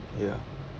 ya